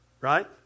right